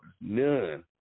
None